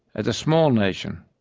as a small nation,